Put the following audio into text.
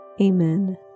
amen